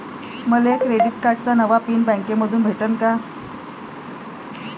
मले क्रेडिट कार्डाचा नवा पिन बँकेमंधून भेटन का?